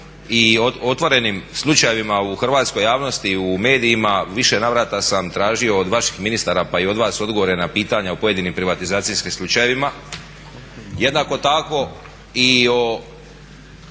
i otvorenim slučajevima u hrvatskoj javnosti, u medijima, u više navrata sam tražio od vaših ministara pa i od vas odgovore na pitanja o pojedinim privatizacijskim slučajevima, jednako tako i o